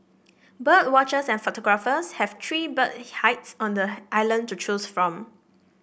bird watchers and photographers have three bird hides on the island to choose from